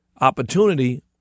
opportunity